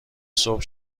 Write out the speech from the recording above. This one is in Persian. صبح